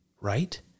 right